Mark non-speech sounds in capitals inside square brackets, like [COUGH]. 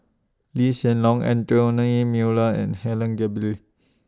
Lee Hsien Loong Anthony Miller and Helen [UNINTELLIGIBLE]